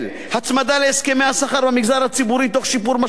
הצמדה להסכמי השכר במגזר הציבורי תוך שיפור משמעותי